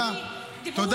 דיברו אליי במליאה 17 דקות.